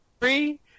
three –